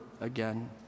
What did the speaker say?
again